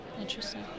Interesting